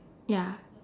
ya